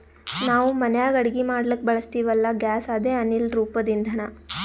ನಾವ್ ಮನ್ಯಾಗ್ ಅಡಗಿ ಮಾಡ್ಲಕ್ಕ್ ಬಳಸ್ತೀವಲ್ಲ, ಗ್ಯಾಸ್ ಅದೇ ಅನಿಲ್ ರೂಪದ್ ಇಂಧನಾ